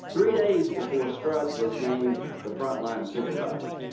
three days before strzok was named the front line supervisor.